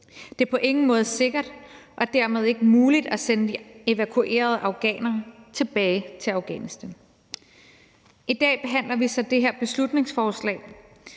Det er på ingen måde sikkert, og det er dermed ikke muligt at sende de evakuerede afghanere tilbage til Afghanistan. I dag behandler vi så det her beslutningsforslag,